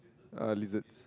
uh lizards